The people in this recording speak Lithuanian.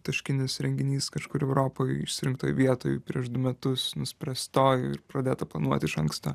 taškinis renginys kažkur europoj išsirinktoj vietoj prieš du metus nuspręstoj ir pradėta planuoti iš anksto